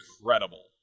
incredible